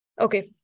Okay